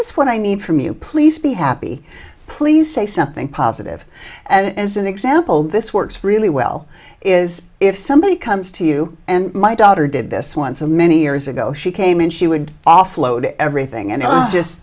is what i need from you please be happy please say something positive and as an example this works really well is if somebody comes to you and my daughter did this once and many years ago she came in she would offload everything and